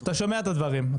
אתה שומע את הדברים,